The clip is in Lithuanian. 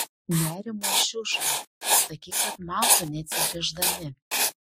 nerimo šiuša sakyk kad mautų neatsigręždami